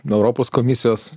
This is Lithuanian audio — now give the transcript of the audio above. nuo europos komisijos